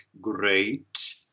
great